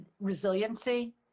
resiliency